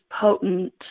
potent